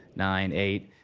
nine, eight